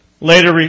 Later